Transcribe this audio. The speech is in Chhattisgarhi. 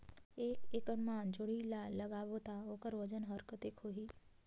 एक एकड़ मा जोणी ला लगाबो ता ओकर वजन हर कते होही?